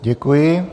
Děkuji.